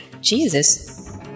Jesus